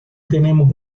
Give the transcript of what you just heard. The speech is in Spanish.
tenemos